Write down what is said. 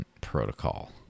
protocol